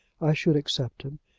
i should accept him.